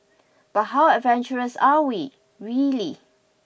but how adventurous are we really